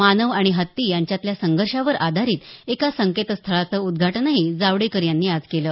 मानव आणि हत्ती यांच्यातल्या संघर्षावर आधारीत एका संकेतस्थळाचं उद्घाटनही जावडेकर यांनी आज केलं